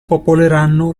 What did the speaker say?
popoleranno